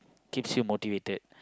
keeps you motivated